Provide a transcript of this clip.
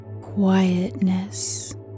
quietness